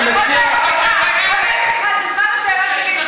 אבל אני אומר להגנתם שאנחנו עוסקים בעניין הזה של החופשה,